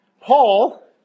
Paul